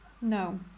No